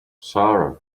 sara